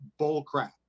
bullcrap